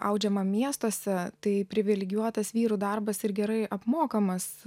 audžiama miestuose tai privilegijuotas vyrų darbas ir gerai apmokamas